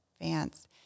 advance